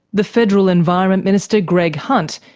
the federal environment minister, greg hunt,